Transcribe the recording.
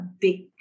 big